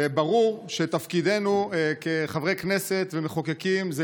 ברור שתפקידנו כחברי כנסת ומחוקקים זה